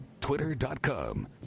twitter.com